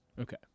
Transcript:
Okay